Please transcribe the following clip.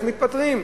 אז מתפטרים,